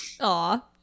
Aw